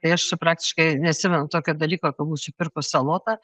tai aš praktiškai neatsimenu tokio dalyko kad būčiau pirkus salotą